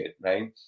right